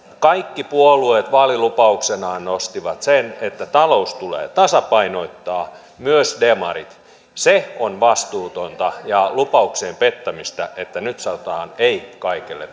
kaikki puolueet vaalilupauksenaan nostivat sen että talous tulee tasapainottaa myös demarit se on vastuutonta ja lupauksien pettämistä että nyt sanotaan ei kaikelle